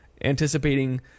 anticipating